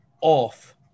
off